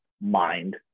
mind